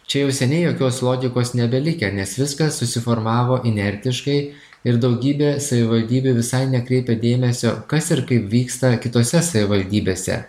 čia jau seniai jokios logikos nebelikę nes viskas susiformavo inertiškai ir daugybė savivaldybių visai nekreipia dėmesio kas ir kaip vyksta kitose savivaldybėse